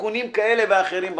תיקונים כאלה ואחרים בנוסח.